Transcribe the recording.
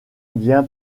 bien